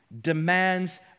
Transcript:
demands